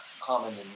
common